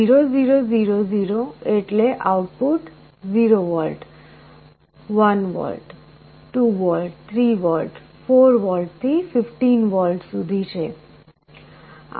0 0 0 0 એટલે output 0 volt 1 volt 2 volt 3 volt 4 volt થી 15 volt સુધી છે